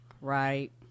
right